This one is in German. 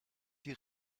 die